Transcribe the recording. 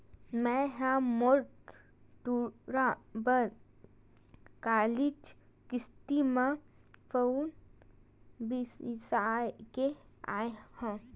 मैय ह मोर टूरा बर कालीच किस्ती म फउन बिसाय के आय हँव